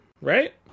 right